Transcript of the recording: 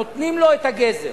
נותנים לו את הגזר.